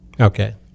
Okay